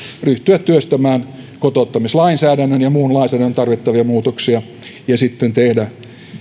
ryhtyä työstämään kotouttamislainsäädännön ja muun lainsäädännön tarvittavia muutoksia ja sitten tehdä